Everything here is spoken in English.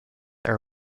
are